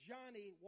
Johnny